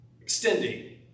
extending